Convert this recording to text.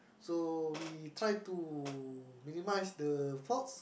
so we try to minimise the faults